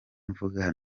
mvuga